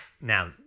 Now